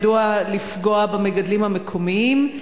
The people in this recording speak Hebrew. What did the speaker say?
מדוע לפגוע במגדלים המקומיים?